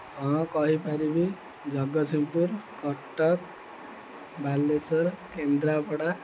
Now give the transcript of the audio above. ହଁ କହିପାରିବି ଜଗତସିଂହପୁର କଟକ ବାଲେଶ୍ୱର କେନ୍ଦ୍ରାପଡ଼ା